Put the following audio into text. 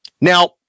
Now